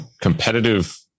competitive